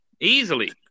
Easily